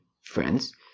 friends